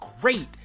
great